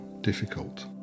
difficult